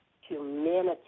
humanity